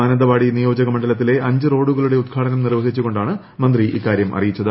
മാനന്തവാടി നിയോജക മണ്ഡലത്തിലെ അഞ്ച് റോഡുകളുടെ ഉദ്ഘാടനം നിർവ്വഹിച്ചു കൊണ്ടാണ് മന്ത്രി ഇക്കാര്യം ്രഅറിയിച്ചത്